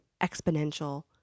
exponential